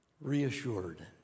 reassured